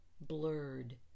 blurred